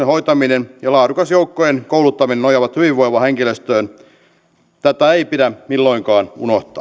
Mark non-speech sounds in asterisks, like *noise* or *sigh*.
*unintelligible* hoitaminen ja laadukas joukkojen kouluttaminen nojaavat hyvinvoivaan henkilöstöön tätä ei pidä milloinkaan unohtaa